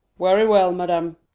very well, madam.